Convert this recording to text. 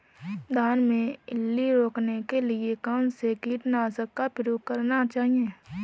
धान में इल्ली रोकने के लिए कौनसे कीटनाशक का प्रयोग करना चाहिए?